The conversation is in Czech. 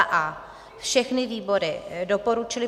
a) všechny výbory doporučily